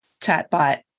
chatbot